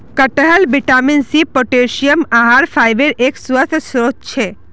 कटहल vitamin C, potassium, आहार फाइबरेर एक स्वस्थ स्रोत छे